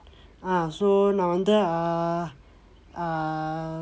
ah so now until err err